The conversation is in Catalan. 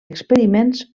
experiments